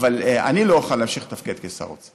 אבל אני לא אוכל להמשיך לתפקד כשר אוצר.